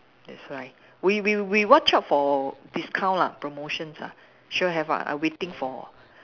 that's right we we we watch out for discount lah promotions lah sure have [one] I waiting for